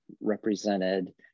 represented